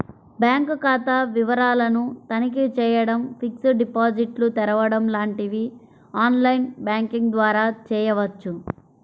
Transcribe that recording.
bank ఖాతా వివరాలను తనిఖీ చేయడం, ఫిక్స్డ్ డిపాజిట్లు తెరవడం లాంటివి ఆన్ లైన్ బ్యాంకింగ్ ద్వారా చేయవచ్చు